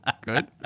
good